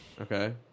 Okay